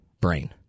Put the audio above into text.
brain